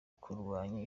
kurwanya